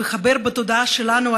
שמחבר בתודעה שלנו,